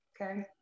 Okay